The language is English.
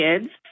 kids